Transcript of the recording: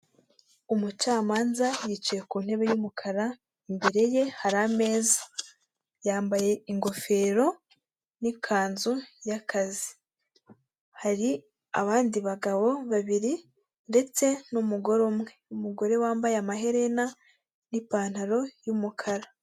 Umucamanza yicaye ku ntebe y'umukara imbere ye hari ameza yambaye ingofero n'ikanzu y'akazi hari abandi bagabo babiri ndetse n'umugore umwe, umugore wambaye amaherena n'ipantaro y'umukara.